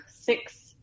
six